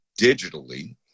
digitally